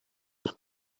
per